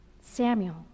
Samuel